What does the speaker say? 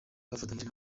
bafatanyije